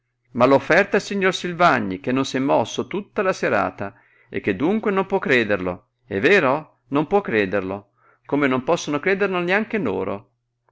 ma l'ho offerta al signor silvagni che non s'è mosso tutta la serata e che dunque non può crederlo è vero non può crederlo come non possono crederlo neanche loro